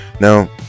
Now